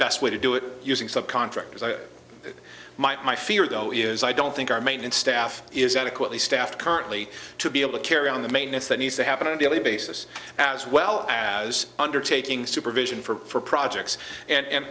best way to do it using subcontractors i would my fear though is i don't think our maintenance staff is adequately staffed currently to be able to carry on the maintenance that needs to happen on a daily basis as well as undertaking supervision for projects and